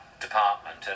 department